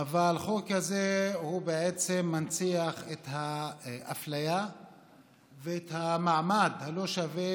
אבל החוק הזה בעצם מנציח את האפליה ואת המעמד הלא-שווה